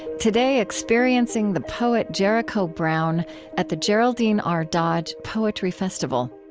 today, experiencing the poet jericho brown at the geraldine r. dodge poetry festival